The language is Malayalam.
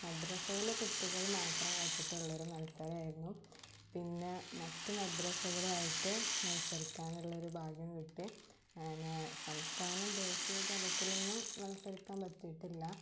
മദ്രസയിലെ കുട്ടികൾ മാത്രം വെച്ചിട്ടുള്ളൊരു മത്സരായിരുന്നു പിന്നെ മറ്റ് മദ്രസകളുവായിട്ട് മത്സരിക്കാനുള്ളൊരു ഭാഗ്യം കിട്ടി ഏനെ സംസ്ഥാനം ദേശിയ തലത്തിലൊന്നും മത്സരിയ്ക്കാൻ പറ്റിയിട്ടില്ല